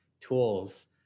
tools